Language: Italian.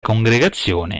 congregazione